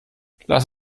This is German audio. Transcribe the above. lass